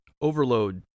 Overload